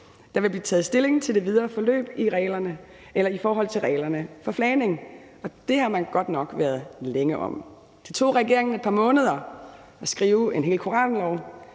der vil »blive taget stilling til det videre forløb i forhold til reglerne for flagning«, og det har man godt nok været længe om. Det tog regeringen et par måneder at skrive en hel koranlov,